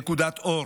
נקודת אור